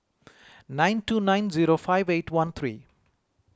nine two nine zero five eight one three